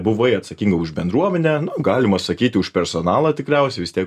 buvai atsakinga už bendruomenę galima sakyti už personalą tikriausiai vis tiek